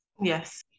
Yes